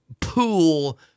pool